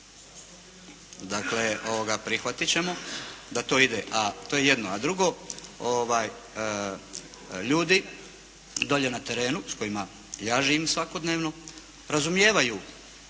Dakle prihvatiti ćemo da to ide. To je jedno. A drugo, ljudi dolje na terenu s kojima ja živim svakodnevno, razumijevaju